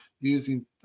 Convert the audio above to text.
using